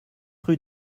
rue